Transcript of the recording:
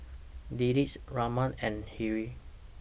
Dilip Ramnath and Hri